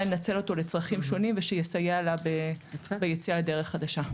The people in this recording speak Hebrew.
לנצל אותו לצרכים שונים ושיסייע לה ביציאה לדרך חדשה.